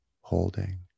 holding